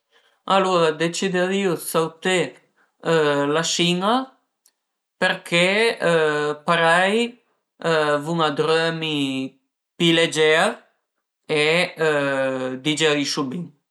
Alura decidarìu dë sauté la sin-a përché parei vun a drömi pi leger e digerisu bin